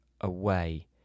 away